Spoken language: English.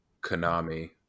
Konami